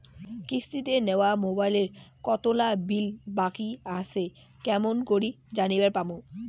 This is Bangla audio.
কিস্তিতে নেওয়া মোবাইলের কতোলা বিল বাকি আসে কেমন করি জানিবার পামু?